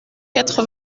quatre